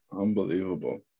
unbelievable